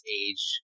age